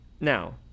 Now